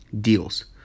deals